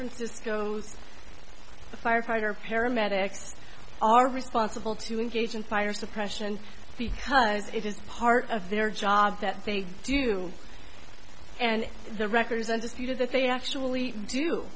francisco's firefighter paramedics are responsible to engage in fire suppression because it is part of their job that they do and the record is undisputed that they actually do